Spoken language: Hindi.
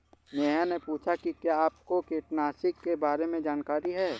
नेहा ने पूछा कि क्या आपको कीटनाशी के बारे में जानकारी है?